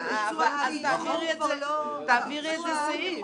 אז תעבירי את זה סעיף.